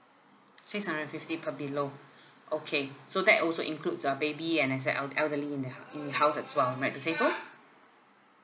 six hundred and fifty per below okay so that also includes a baby and as well an el~ elderly in the hou~ in the house as well am I right to say so